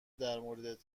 درموردت